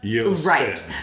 Right